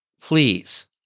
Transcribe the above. please